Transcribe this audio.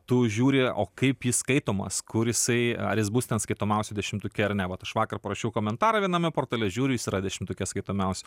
tu žiūri o kaip jis skaitomas kur jisai ar jis bus ten skaitomiausių dešimtuke ar ne vat aš vakar parašiau komentarą viename portale žiūriu jis yra dešimtuke skaitomiausių